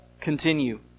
continue